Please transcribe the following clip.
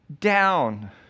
down